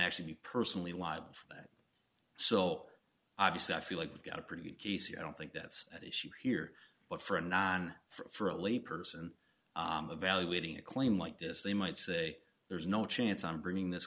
actually personally want that so obviously i feel like they've got a pretty good case i don't think that's at issue here but for a non for a leap person valuating a claim like this they might say there's no chance on bringing this